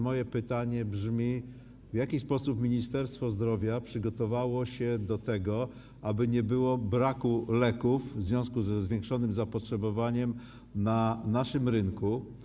Moje pytanie brzmi: W jaki sposób Ministerstwo Zdrowia przygotowało się do tego, aby nie było braku leków w związku ze zwiększonym zapotrzebowaniem na naszym rynku?